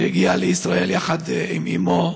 שהגיע לישראל יחד עם אימו,